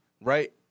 right